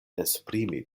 esprimi